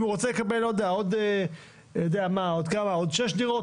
אם הוא רוצה לקבל עוד שש דירות,